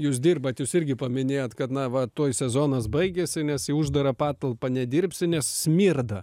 jūs dirbat jūs irgi paminėjot kad na va tuoj sezonas baigiasi nes į uždarą patalpą nedirbsi nes smirda